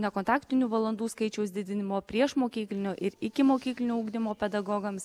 nekontaktinių valandų skaičiaus didinimo priešmokyklinio ir ikimokyklinio ugdymo pedagogams